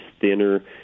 thinner